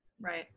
Right